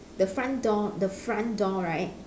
the front door the front door right